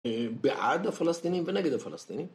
בעד הפלסטינים ונגד הפלסטינים